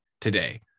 today